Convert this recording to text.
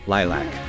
Lilac